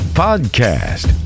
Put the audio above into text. podcast